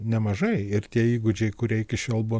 nemažai ir tie įgūdžiai kurie iki šiol buvo